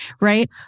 Right